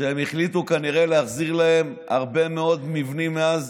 שהם החליטו כנראה להחזיר להם הרבה מאוד מבנים מאז,